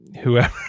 whoever